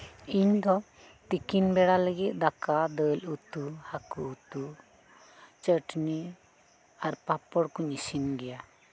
ᱤᱧ ᱫᱚ ᱛᱤᱠᱤᱱ ᱵᱮᱲᱟ ᱞᱟᱹᱜᱤᱫ ᱫᱟᱠᱟ ᱫᱟᱹᱞ ᱩᱛᱩ ᱦᱟᱠᱩ ᱩᱛᱩ ᱪᱟᱹᱴᱷᱱᱤ ᱟᱨ ᱯᱟᱯᱚᱲᱠᱩᱧ ᱤᱥᱤᱱᱜᱮᱭᱟ